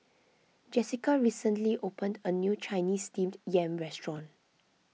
Jessika recently opened a new Chinese Steamed Yam restaurant